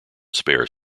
spare